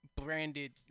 branded